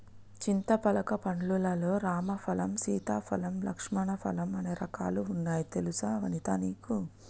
చింతపలక పండ్లు లల్లో రామ ఫలం, సీతా ఫలం, లక్ష్మణ ఫలం అనే రకాలు వున్నాయి తెలుసా వనితా నీకు